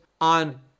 on